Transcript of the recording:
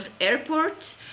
airport